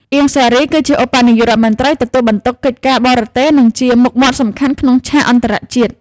អៀង សារី គឺជាឧបនាយករដ្ឋមន្ត្រីទទួលបន្ទុកកិច្ចការបរទេស និងជាមុខមាត់សំខាន់ក្នុងឆាកអន្តរជាតិ។